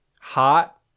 hot